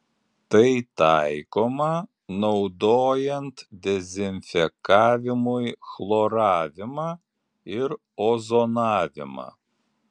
tai taikoma naudojant dezinfekavimui chloravimą ir ozonavimą